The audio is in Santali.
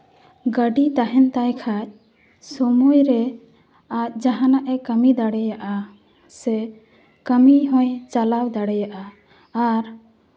ᱜᱟᱹᱰᱤ ᱛᱟᱦᱮᱱ ᱛᱟᱭ ᱠᱷᱟᱡ ᱥᱚᱢᱚᱭ ᱨᱮ ᱟᱡ ᱡᱟᱦᱟᱱᱟᱜ ᱮ ᱠᱟᱹᱢᱤ ᱫᱟᱲᱮᱭᱟᱜᱼᱟ ᱥᱮ ᱠᱟᱹᱢᱤ ᱦᱚᱸᱭ ᱪᱟᱞᱟᱣ ᱫᱟᱲᱮᱭᱟᱜᱼᱟ ᱟᱨ